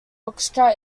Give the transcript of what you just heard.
orchestra